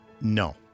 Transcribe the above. No